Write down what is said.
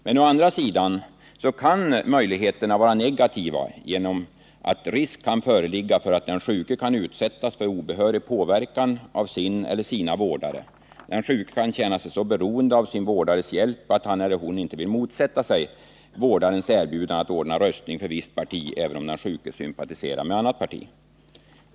Men å andra sidan kan denna möjlighet vara negativ, genom att risk kan föreligga för att den sjuke utsätts för obehörig påverkan av sin eller sina vårdare. Den sjuke kan känna sig så beroende av sin vårdares hjälp att han inte vill motsätta sig vårdarens erbjudande att ordna röstning på visst parti även om den sjuke sympatiserar med annat parti.